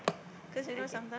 okay